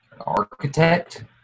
architect